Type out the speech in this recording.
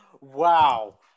Wow